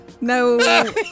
No